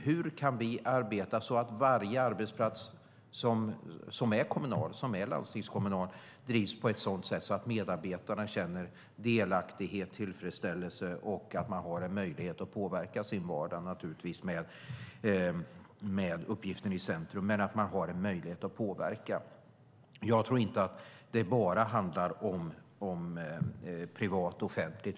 Hur kan vi arbeta så att varje arbetsplats som är kommunal och landstingskommunal drivs på ett sådant sätt att medarbetarna känner delaktighet, tillfredsställelse och att de har en möjlighet att påverka sin vardag med uppgiften i centrum? Jag tror inte att det bara handlar om privat och offentligt.